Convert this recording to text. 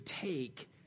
take